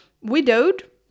widowed